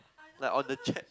like on the chat